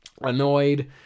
annoyed